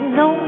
no